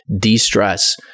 de-stress